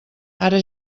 ara